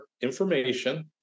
information